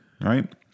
right